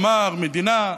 אמר מדינה,